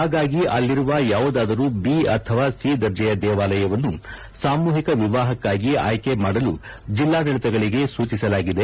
ಹಾಗಾಗಿ ಅಲ್ಲರುವ ಯಾವುದಾದರೂ ಚ ಅಥವಾ ಸಿ ದರ್ಜೆಯ ದೇವಾಲಯವನ್ನು ಸಾಮೂಹಿಕ ವಿವಾಹಕ್ಕಾಗಿ ಅಯ್ದೆ ಮಾಡಲು ಜಿಲ್ಲಾಡಳತಗಳಗೆ ಸೂಚಿಸಲಾಗಿದೆ